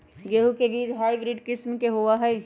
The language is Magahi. गेंहू के बीज हाइब्रिड किस्म के होई छई?